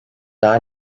daha